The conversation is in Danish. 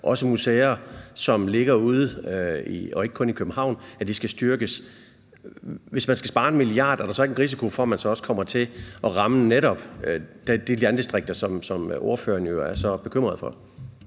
også museer, som ligger ude i landdistrikterne og ikke kun i København, skal styrkes. Hvis man skal spare 1 mia. kr., er der så ikke en risiko for, at man også kommer til at ramme netop de landdistrikter, som ordføreren er så bekymret for?